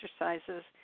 exercises